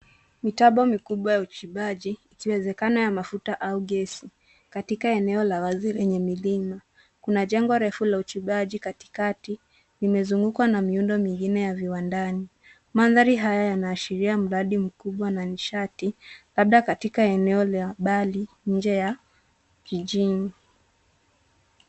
Mitambo mikubwa ya uchimbaji, ikiwezekana ya mafuta au gesi katika eneo la wazi lenye milima. Kuna jengo refu la uchimbaji katikati, imezungukwa na miundo mingine ya viwandani. Mandhari haya yanaashiria mradi mkubwa na nishati, labda katika eneo la mbali nje ya jijini.